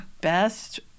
best